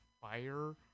fire